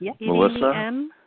Melissa